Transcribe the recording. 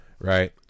Right